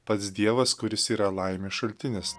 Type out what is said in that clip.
pats dievas kuris yra laimės šaltinis